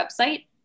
website